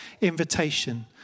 invitation